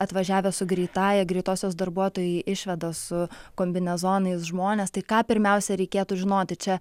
atvažiavę su greitąja greitosios darbuotojai išveda su kombinezonais žmones tai ką pirmiausia reikėtų žinoti čia